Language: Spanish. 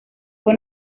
fue